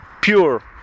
pure